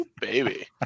Baby